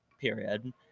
period